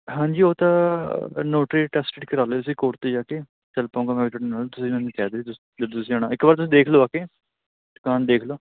ਹਾਂਜੀ ਉਹ ਤਾਂ ਨੋਟਰੀ ਅਟੈਸਟਿਡ ਕਰਵਾ ਲਿਓ ਤੁਸੀਂ ਕੋਰਟ 'ਤੇ ਜਾ ਕੇ ਚੱਲ ਪਾਊਂਗਾ ਮੈਂ ਤੁਹਾਡੇ ਨਾਲ ਤੁਸੀਂ ਮੈਨੂੰ ਕਹਿ ਦਿਓ ਜਦੋਂ ਤੁਸੀਂ ਆਉਣਾ ਇੱਕ ਵਾਰ ਤੁਸੀਂ ਦੇਖ ਲਓ ਆ ਕੇ ਦੁਕਾਨ ਦੇਖ ਲਓ